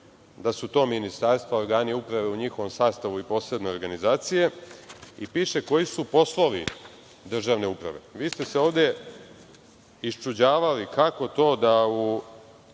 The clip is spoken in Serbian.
da su to ministarstva, organi uprave u njihovom sastavu i posebne organizacije i piše koji su poslovi državne uprave. Vi ste se ovde iščuđavali kako to da u